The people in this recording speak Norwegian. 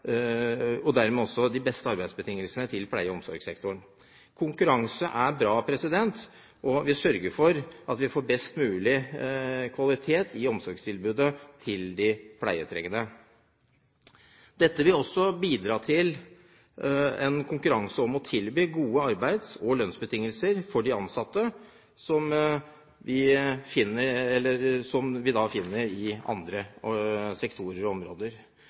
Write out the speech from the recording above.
og konkurransen om de beste arbeidsbetingelsene også til pleie- og omsorgssektoren. Konkurranse er bra og vil sørge for at vi får best mulig kvalitet i omsorgstilbudet til de pleietrengende. Dette vil også bidra til en konkurranse om å tilby gode arbeids- og lønnsbetingelser for de ansatte, som vi finner i andre sektorer og på andre områder.